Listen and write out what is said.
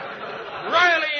Riley